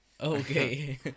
okay